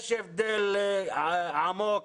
יש הבדל עמוק